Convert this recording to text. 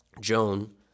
Joan